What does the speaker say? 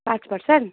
पाँच पर्सेन्ट